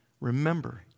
Remember